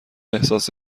احساس